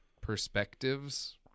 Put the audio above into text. perspectives